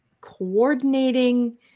coordinating